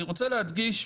אני רוצה להדגיש,